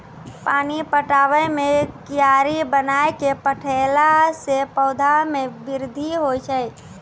पानी पटाबै मे कियारी बनाय कै पठैला से पौधा मे बृद्धि होय छै?